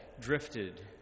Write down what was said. drifted